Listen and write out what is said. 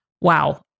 Wow